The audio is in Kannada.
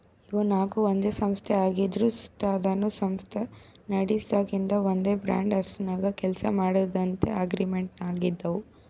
ಇವು ನಾಕು ಒಂದೇ ಸಂಸ್ಥೆ ಆಗಿದ್ರು ಸುತ ಅದುನ್ನ ಸ್ವಂತ ನಡಿಸ್ಗಾಂತ ಒಂದೇ ಬ್ರಾಂಡ್ ಹೆಸರ್ನಾಗ ಕೆಲ್ಸ ಮಾಡ್ತೀವಂತ ಅಗ್ರಿಮೆಂಟಿನಾಗಾದವ